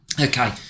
Okay